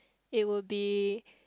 it will be